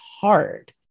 hard